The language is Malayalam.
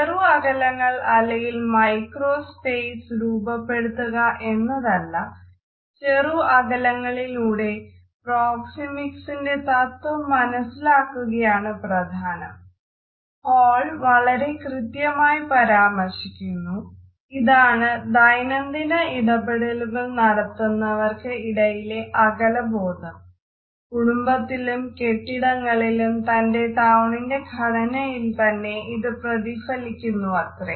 ചെറു അകലങ്ങൾ അല്ലെങ്കിൽ മൈക്രോ സ്പേസ് വളരെ കൃത്യമായി പരാമർശിക്കുന്നു ഇതാണ് ദൈനംദിന ഇടപെടലുകൾ നടത്തുന്നവർക്ക് ഇടയിലെ അകലബോധം കുടുംബത്തിലും കെട്ടിടങ്ങളിലും തന്റെ ടൌണിന്റെ ഘടനയിൽത്തന്നെ ഇത് പ്രതിഫലിക്കുന്നുവത്രേ